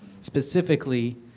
specifically